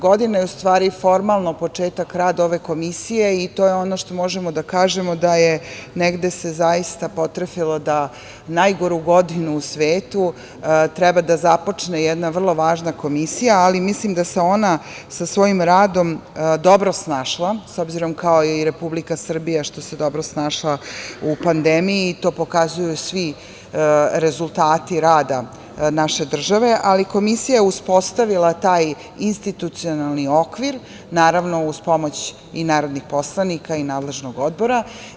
Godine 2020. je formalno početak rad ove komisije i to je ono što možemo da kažemo da se potrefilo da najgoru godinu u svetu treba da započne jedna vrlo važna komisija, ali mislim da se ona sa svojim radom dobro snašla, s obzirom kao i Republika Srbija što se dobro snašla u pandemiji i to pokazuju svi rezultati rada naše države, ali komisija je uspostavila taj institucionalni okvir, naravno uz pomoć i narodnih poslanika i nadležnog odbora.